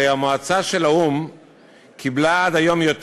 הרי המועצה של האו"ם קיבלה עד היום יותר